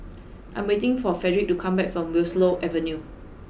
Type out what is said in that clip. I am waiting for Fredrick to come back from Willow Avenue